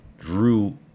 Drew